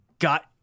got